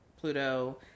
Pluto